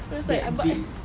that big